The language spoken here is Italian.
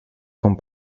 con